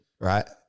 right